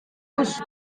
bus